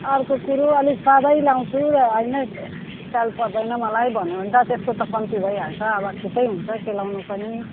अर्को कुरो अलिक सादा लगाउँछु र होइन स्टाइल पर्दैन मलाई भन्यो भने त त्यसको कम्ती भइहाल्छ अब छिटै हुन्छ सिलाउनु पनि